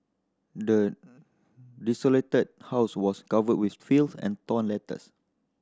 the desolated house was covered with filth and torn letters